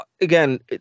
again